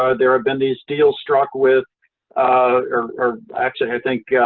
ah there have been these deals struck with or actually, i think,